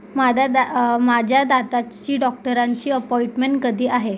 माद दा अ माझ्या दाताची डॉक्टरांची अपॉइटमेंट कधी आहे